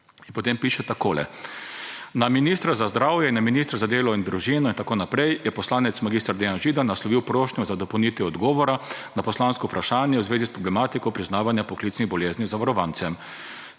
potem piše takole: »Na ministra za zdravje in na ministra za delo, družino,« in tako naprej, »je poslanec mag. Dejan Židan naslovil prošnjo za dopolnitev odgovora na poslansko vprašanje v zvezi s problematiko priznavanja poklicnih bolezni zavarovancem.